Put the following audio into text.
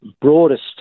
broadest